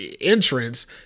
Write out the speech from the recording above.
entrance